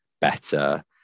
better